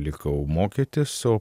likau mokytis o